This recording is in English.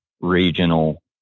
regional